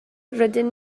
rydyn